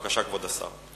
בבקשה, כבוד השר.